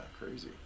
crazy